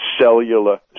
cellular